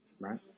right